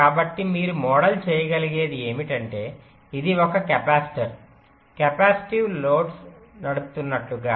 కాబట్టి మీరు మోడల్ చేయగలిగేది ఏమిటంటే ఇది ఒక కెపాసిటర్ కెపాసిటివ్ లోడ్లు నడుపుతున్నట్లుగా